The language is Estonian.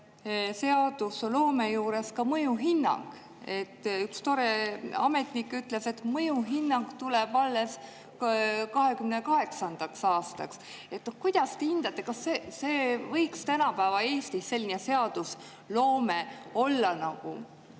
seadusloome juures mõjuhinnang. Üks tore ametnik ütles, et mõjuhinnang tuleb alles 2028. aastaks. Kuidas te hindate, kas tänapäeva Eestis võiks selline seadusloome olla